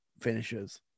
finishes